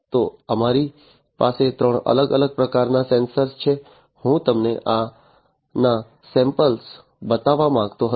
તો અમારી પાસે ત્રણ અલગ અલગ પ્રકારના સેન્સર છે હું તમને આના સેમ્પલ બતાવવા માંગતો હતો